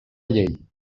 llei